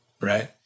Right